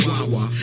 Wawa